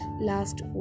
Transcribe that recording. last